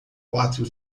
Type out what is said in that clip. quatro